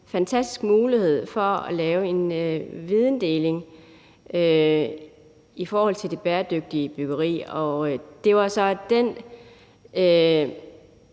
fantastisk mulighed for at lave videndeling i forhold til det bæredygtige byggeri. Det var så det